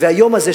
והיום הזה,